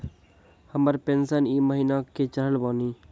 हमर पेंशन ई महीने के चढ़लऽ बानी?